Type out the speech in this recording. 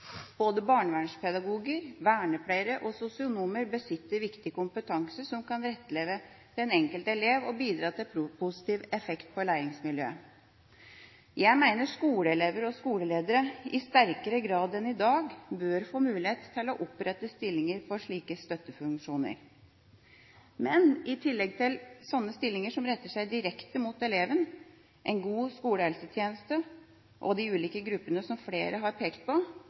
Både barnevernspedagoger, vernepleiere og sosionomer besitter viktig kompetanse som kan rettlede den enkelte elev og bidra til positiv effekt på læringsmiljøet. Jeg mener skoleeiere og skoleledere i sterkere grad enn i dag bør få mulighet til å opprette stillinger for slike støttefunksjoner. I tillegg til slike stillinger som retter seg direkte mot eleven – en god skolehelsetjeneste og de ulike gruppene som flere har pekt på